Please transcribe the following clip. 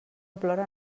plora